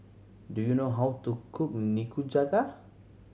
do you know how to cook Nikujaga